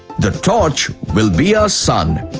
the torch will be our sun.